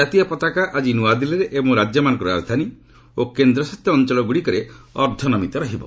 କାତୀୟ ପତାକା ଆଜି ନ୍ତଆଦିଲ୍ଲୀରେ ଏବଂ ରାଜ୍ୟମାନଙ୍କ ରାଜଧାନୀ ଓ କେନ୍ଦ୍ରଶାସିତ ଅଞ୍ଚଳଗୁଡ଼ିକରେ ଅର୍ଦ୍ଧନମିତ ରହିବ